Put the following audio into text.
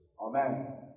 Amen